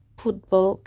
football